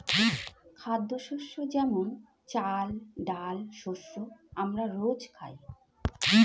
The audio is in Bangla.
খাদ্যশস্য যেমন চাল, ডাল শস্য আমরা রোজ খাই